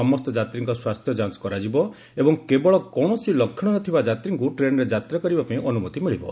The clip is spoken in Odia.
ସମସ୍ତ ଯାତ୍ରୀଙ୍କ ସ୍ୱାସ୍ଥ୍ୟ ଯାଂଚ କରାଯିବ ଏବଂ କେବଳ କୌଣସି ଲକ୍ଷଣ ନଥିବା ଯାତ୍ରୀଙ୍କୁ ଟ୍ରେନ୍ରେ ଯାତ୍ରା କରିବା ପାଇଁ ଅନୁମତି ମିଳିବ